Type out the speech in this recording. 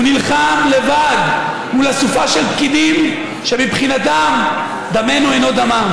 הוא נלחם לבד מול אסופה של פקידים שמבחינתם דמנו אינו דמם,